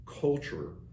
culture